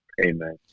amen